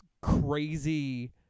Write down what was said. crazy